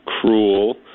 cruel